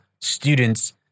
students